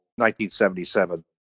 1977